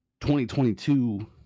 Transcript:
2022